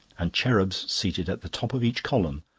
and cherubs, seated at the top of each column,